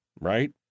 Right